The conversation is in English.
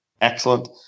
Excellent